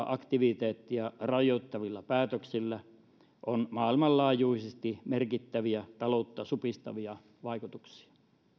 aktiviteetteja rajoittavilla päätöksillä on maailmanlaajuisesti merkittäviä taloutta supistavia vaikutuksia